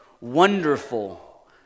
Wonderful